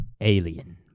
alien